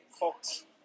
folks